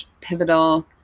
pivotal